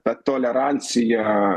ta tolerancija